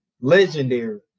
legendary